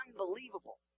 Unbelievable